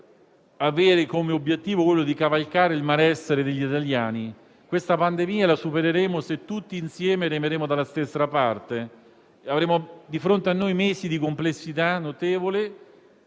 avere come obiettivo quello di cavalcare il malessere degli italiani. Questa pandemia la supereremo se tutti insieme remeremo dalla stessa parte. Avremo di fronte a noi mesi di complessità notevole,